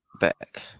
back